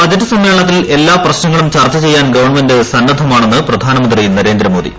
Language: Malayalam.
ബജറ്റ് സമ്മേളനത്തിൽ എല്ലാ പ്രശ്നങ്ങളും ചർച്ച ചെയ്യാൻ ഗവൺമെന്റ് സന്നദ്ധമാണെന്ന് പ്രധാനമ്യന്തി നരേന്ദ്രമോദി